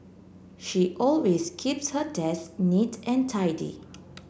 she always keeps her desk neat and tidy